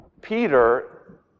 Peter